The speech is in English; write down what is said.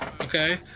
Okay